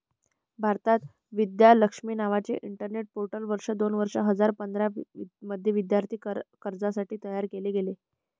भारतात, विद्या लक्ष्मी नावाचे internet portal वर्ष दोन हजार पंधरा मध्ये विद्यार्थी कर्जासाठी तयार केले गेले